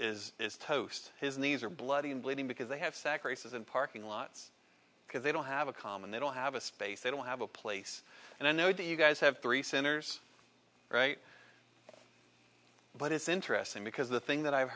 is is toast his knees are bloody and bleeding because they have sacrifices in parking lots because they don't have a calm and they don't have a space they don't have a place and i know do you guys have three centers right but it's interesting because the thing that i've